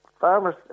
farmers